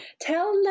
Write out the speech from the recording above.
Tell